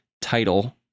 title